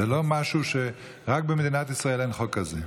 זה לא משהו, רק במדינת ישראל אין חוק כזה.